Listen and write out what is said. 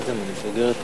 ההצעה להעביר את